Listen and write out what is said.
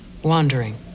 Wandering